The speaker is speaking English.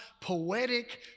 poetic